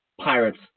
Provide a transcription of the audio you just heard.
Pirates